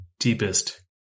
Deepest